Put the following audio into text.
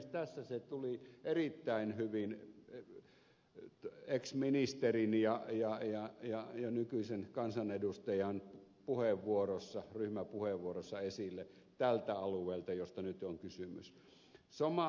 tässä se tuli erittäin hyvin ex ministerin ja nykyisen kansanedustajan ryhmäpuheenvuorossa esille tältä alueelta josta nyt on kysymys